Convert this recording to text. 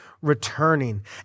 returning